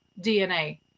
DNA